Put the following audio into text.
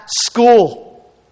school